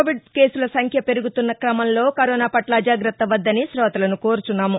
Covid కేసులసంఖ్య పెరుగుతున్న క్రమంలో కరోనాపట్ల అజాగ్రత్త వద్దని కోతలను కోరుతున్నాము